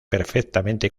perfectamente